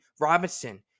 Robinson